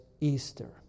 Easter